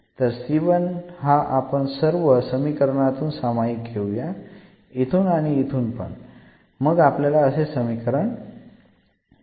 तर हा आपण सर्व समीकरणातून सामाईक घेऊयात इथून आणि इथून पण मग आपल्याला असे समीकरण मिळेल